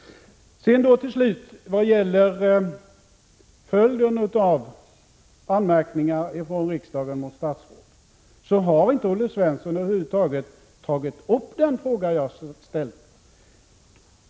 När det till sist gäller följden av anmärkningar från riksdagen mot statsråd har Olle Svensson över huvud taget inte tagit upp den fråga jag har ställt.